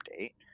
update